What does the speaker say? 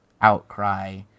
outcry